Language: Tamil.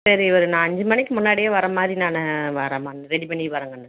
சரி ஒரு நான் அஞ்சு மணிக்கு முன்னாடியே வர்ற மாதிரி நான் வர்றேம்மா ரெடி பண்ணி வர்றேன் கன்னு